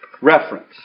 reference